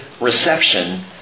reception